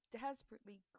desperately